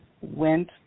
went